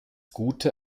gute